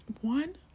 One